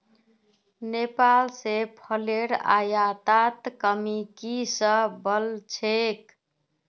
नेपाल स फलेर आयातत कमी की स वल छेक